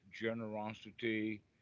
generosity